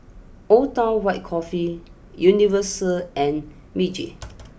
Old Town White Coffee Universal and Meiji